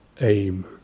aim